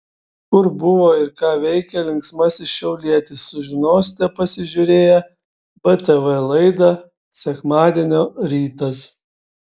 kur buvo ir ką veikė linksmasis šiaulietis sužinosite pasižiūrėję btv laidą sekmadienio rytas